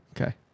Okay